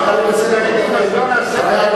חבר הכנסת רותם,